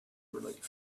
relieved